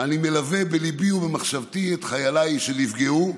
אני מלווה בליבי ובמחשבתי את חייליי שנפגעו.